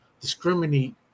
discriminate